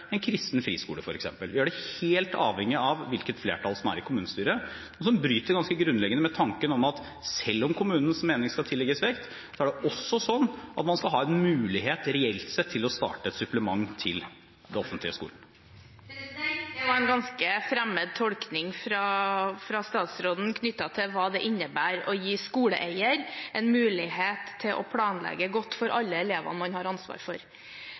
en kristen friskole. Da er det helt avhengig av hvilket flertall som er i kommunestyret, noe som bryter ganske grunnleggende med tanken om at selv om kommunenes mening skal tillegges vekt, er det også sånn at man skal ha en mulighet til reelt sett å starte et supplement til den offentlige skolen. Det var en ganske fremmed tolkning fra statsråden knyttet til hva det innebærer å gi skoleeier en mulighet til å planlegge godt for alle elevene man har ansvar for.